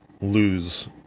lose